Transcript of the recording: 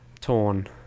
torn